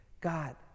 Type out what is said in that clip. God